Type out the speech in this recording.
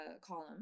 column